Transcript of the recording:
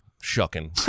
shucking